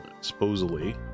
Supposedly